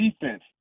defense